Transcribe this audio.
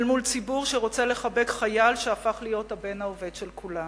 מול ציבור שרוצה לחבק חייל שהפך להיות הבן האובד של כולנו.